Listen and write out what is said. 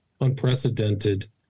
unprecedented